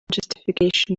justification